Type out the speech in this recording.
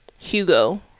Hugo